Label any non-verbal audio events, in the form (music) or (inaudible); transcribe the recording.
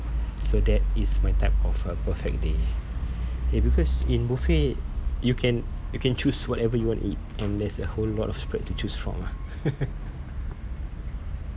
so that is my type of a perfect day eh because in buffet you can you can choose whatever you want to eat and there's a whole lot of spread to choose from ah (laughs)